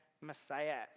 Messiah